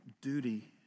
duty